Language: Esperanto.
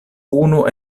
unu